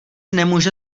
nemůže